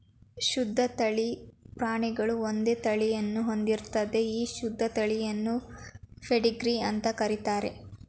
ಶುದ್ಧ ತಳಿ ಪ್ರಾಣಿಗಳು ಒಂದೇ ತಳಿಯನ್ನು ಹೊಂದಿರ್ತದೆ ಈ ಶುದ್ಧ ತಳಿಗಳನ್ನು ಪೆಡಿಗ್ರೀಡ್ ಅಂತ ಕರೀತಾರೆ